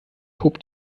hob